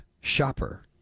shopper